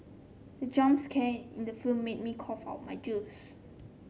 the jump scare in the film made me cough out my juice